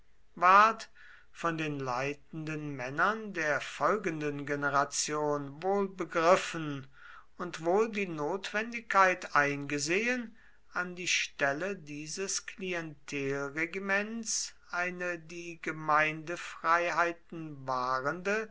ward von den leitenden männern der folgenden generation wohl begriffen und wohl die notwendigkeit eingesehen an die stelle dieses klientelregiments eine die gemeindefreiheiten wahrende